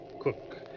Cook